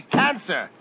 cancer